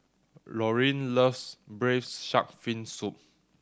Lorene loves braise shark fin soup